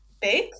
big